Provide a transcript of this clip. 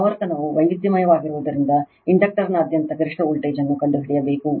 ಆವರ್ತನವು ವೈವಿಧ್ಯಮಯವಾಗಿರುವುದರಿಂದ ಇಂಡಕ್ಟರ್ನಾದ್ಯಂತ ಗರಿಷ್ಠ ವೋಲ್ಟೇಜ್ ಅನ್ನು ಕಂಡುಹಿಡಿಯಬೇಕು